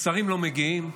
שרים לא מגיעים,